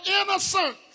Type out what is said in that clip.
innocent